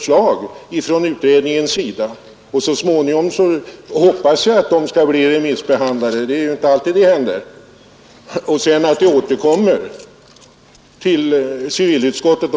Så småningom hoppas jag att de blir remissbehandlade — det är inte alltid det händer — och att de därefter återkommer i form av proposition till civilutskottet.